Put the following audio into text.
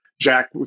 Jack